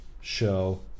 show